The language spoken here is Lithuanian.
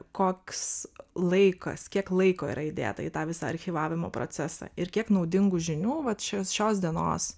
koks laikas kiek laiko yra įdėta į tą visą archyvavimo procesą ir kiek naudingų žinių vat šios šios dienos